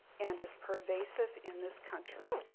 and is pervasive in this country.